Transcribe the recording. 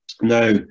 Now